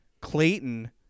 Clayton